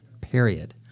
period